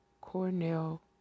Cornell